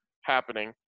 happening